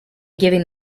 giving